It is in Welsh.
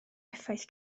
effaith